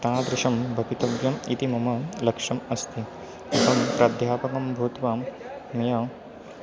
तादृशं भवितव्यम् इति मम लक्ष्यम् अस्ति अहं प्राध्यापकः भूत्वा मया